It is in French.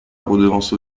redevance